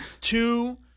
two